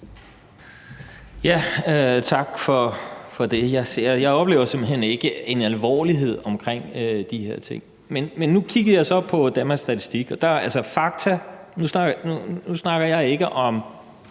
(V): Tak for det. Jeg oplever simpelt hen ikke noget alvor omkring de her ting. Jeg kiggede så på Danmarks Statistik, og nu snakker jeg ikke om